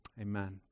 amen